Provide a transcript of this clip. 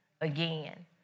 again